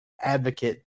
advocate